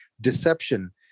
Deception